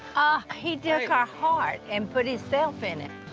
ah he took our heart and put his self in it.